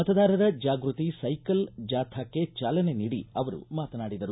ಮತದಾರರ ಜಾಗೃತಿ ಸೈಕಲ್ ಜಾಥಾಕ್ಕೆ ಚಾಲನೆ ನೀಡಿ ಅವರು ಮಾತನಾಡಿದರು